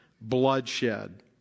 bloodshed